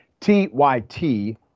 TYT